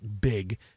big